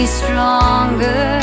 stronger